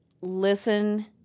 listen